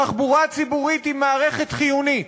תחבורה ציבורית היא מערכת חיונית,